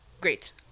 great